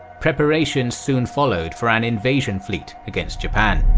preparations soon followed for an invasion fleet against japan.